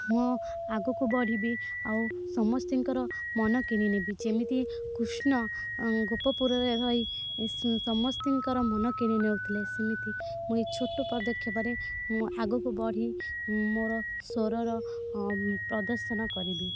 ମୁଁ ଆଗକୁ ବଢ଼ିବି ଆଉ ସମସ୍ତଙ୍କର ମନ କିଣିନେବି ଯେମିତି କୃଷ୍ଣ ଗୋପପୁରରେ ରହି ସମସ୍ତଙ୍କର ମନ କିଣି ନେଉଥିଲେ ସେମିତି ମୁଁ ଏ ଛୋଟ ପଦକ୍ଷପରେ ମୁଁ ଆଗକୁ ବଢ଼ି ମୁଁ ମୋର ସ୍ଵରର ପ୍ରଦର୍ଶନ କରିବି